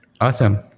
Awesome